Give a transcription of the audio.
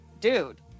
dude